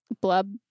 blub